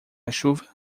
chuva